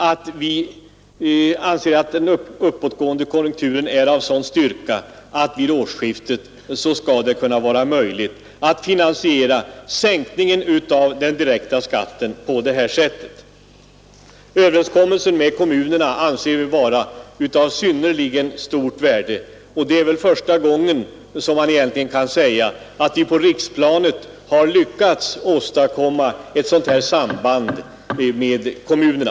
Nu bedömer vi den uppåtgående konjunkturen vara av sådan styrka, att det vid årsskiftet skall vara möjligt att finansiera en del av sänkningen av den direkta skatten på detta sätt. Överenskommelsen med kommunerna anser vi vara av synnerligen stort värde. Det är väl första gången egentligen som man på riksplanet har lyckats åstadkomma ett sådant samband med kommunerna.